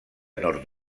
nord